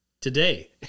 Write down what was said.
Today